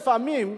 לפעמים,